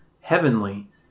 heavenly